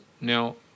Now